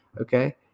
okay